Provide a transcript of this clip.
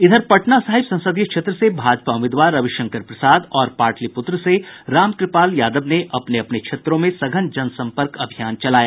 इधर पटना साहिब संसदीय क्षेत्र से भाजपा उम्मीदवार रविशंकर प्रसाद और पाटलिपुत्र से रामकृपाल यादव ने अपने अपने क्षेत्रों में सघन जनसंपर्क अभियान चलाया